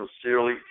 sincerely